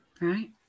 right